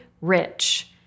rich